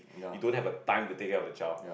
you don't have a time to take care of a child